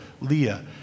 Leah